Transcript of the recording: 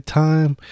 time